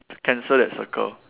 cancel that circle